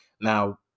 Now